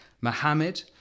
Mohammed